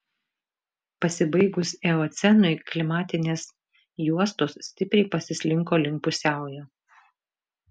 pasibaigus eocenui klimatinės juostos stipriai pasislinko link pusiaujo